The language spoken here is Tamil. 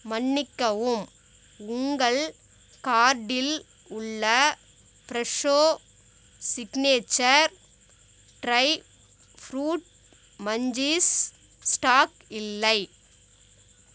மன்னிக்கவும் உங்கள் கார்ட்டில் உள்ள Fresho signature dry fruit munchies stock இல்லை